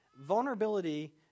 Vulnerability